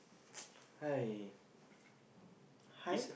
ha